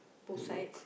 both sides